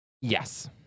Yes